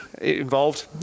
involved